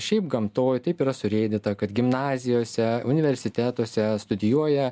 šiaip gamtoj taip yra surėdyta kad gimnazijose universitetuose studijuoja